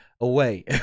away